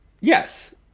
Yes